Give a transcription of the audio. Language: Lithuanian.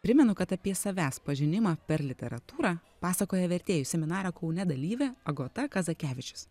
primenu kad apie savęs pažinimą per literatūrą pasakoja vertėjų seminaro kaune dalyvė agota kazakevičius